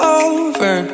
over